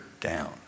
down